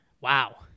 wow